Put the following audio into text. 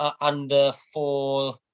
under-four